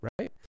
right